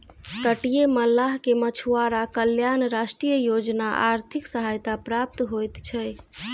तटीय मल्लाह के मछुआरा कल्याण राष्ट्रीय योजना आर्थिक सहायता प्राप्त होइत छै